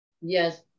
Yes